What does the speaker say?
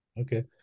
Okay